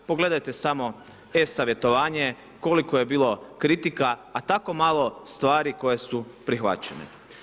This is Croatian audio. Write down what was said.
Pogledajte samo e-savjetovanje, koliko je bilo kritika, a tako malo stvari koje su prihvaćene.